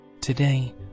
Today